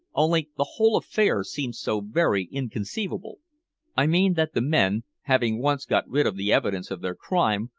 only the whole affair seems so very inconceivable i mean that the men, having once got rid of the evidence of their crime,